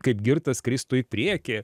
kaip girtas kristų į priekį